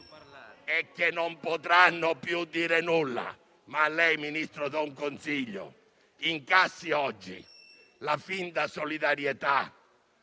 e che non potranno più dire nulla. Ma a lei, signor Ministro, do un consiglio: incassi oggi la finta solidarietà